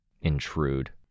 Intrude